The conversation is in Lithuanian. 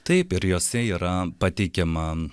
taip ir jose yra pateikiama